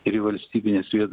ir į valstybines ir